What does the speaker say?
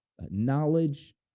knowledge